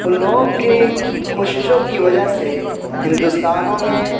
ان لوگوں کی کوششوں کی وجہ سے ہندوستانیوں میں